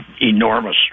enormous